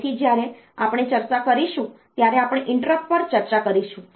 તેથી જ્યારે આપણે ચર્ચા કરીશું ત્યારે આપણે ઇન્ટરપ્ટ પર ચર્ચા કરીશું